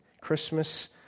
Christmas